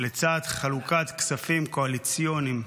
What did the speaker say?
לצד חלוקת כספים קואליציוניים.